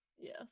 Yes